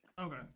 Okay